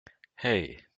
hey